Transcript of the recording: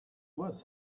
was